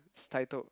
it's titled